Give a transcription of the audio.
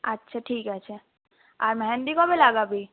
আচ্ছা ঠিক আছে আর মেহেন্দি কবে লাগাবি